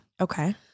Okay